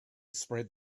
spread